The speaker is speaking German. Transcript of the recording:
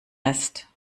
ist